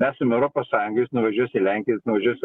esame europos sąjungoj jis nuvažiuos į lenkiją jis nuvažiuos